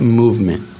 movement